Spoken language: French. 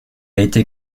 été